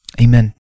Amen